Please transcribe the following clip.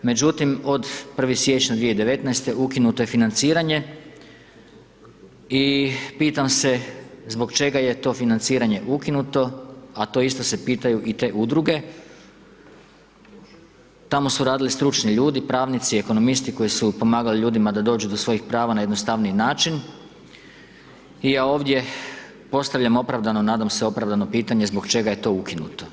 Međutim, od 1. siječnja 2019.-te ukinuto je financiranje i pitam se zbog čega je to financiranje ukinuto, a to isto se pitaju i te Udruge, tamo su radili stručni ljudi, pravnici, ekonomisti koji su pomagali ljudima da dođu do svojih prava na jednostavniji način i ja ovdje postavljam opravdano, nadam se opravdano, pitanje zbog čega je to ukinuto.